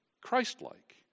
Christ-like